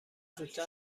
زودتر